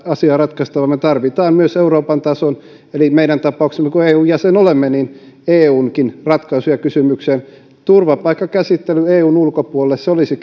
asiaa ratkaista vaan me tarvitsemme myös euroopan tason eli meidän tapauksessamme kun eun jäsen olemme niin eunkin ratkaisuja kysymykseen turvapaikkakäsittely eun ulkopuolelle olisi